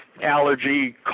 allergy